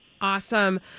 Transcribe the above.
Awesome